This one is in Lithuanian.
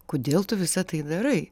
kodėl tu visa tai darai